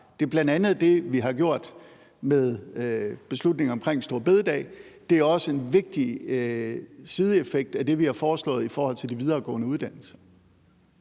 Det er bl.a. det, vi har gjort med beslutningen omkring store bededag. Og det er også en vigtig sideeffekt af det, vi har foreslået i forhold til de videregående uddannelser.